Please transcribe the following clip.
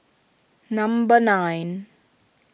number nine